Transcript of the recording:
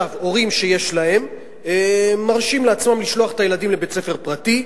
הורים שיש להם מרשים לעצמם לשלוח את הילדים לבית-ספר פרטי,